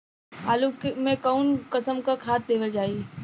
आलू मे कऊन कसमक खाद देवल जाई?